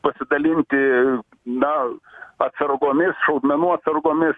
pasidalinti na atsargomis šaudmenų atsargomis